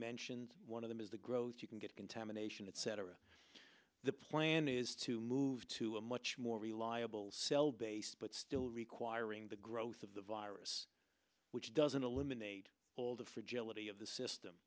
mentioned one of them is the growth you can get contamination etc the plan is to move to a much more reliable cell base but still requiring the growth of the virus which doesn't eliminate all the fragility of the system